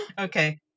Okay